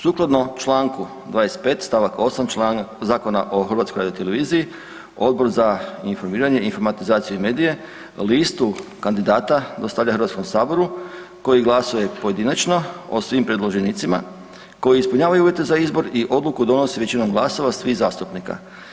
Sukladno Članku 35. stavak 8. Zakona o HRT-u Odbor za informiranje, informatizaciju i medije listu kandidata dostavlja Hrvatskom saboru koji glasuje pojedinačno o svim predloženicima koji ispunjavaju uvjete za izbor i odluku donosi većinom glasova svih zastupnika.